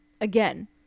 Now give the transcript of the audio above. Again